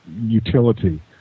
utility